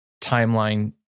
timeline